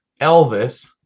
Elvis